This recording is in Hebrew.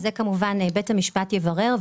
את זה בית המשפט יברר,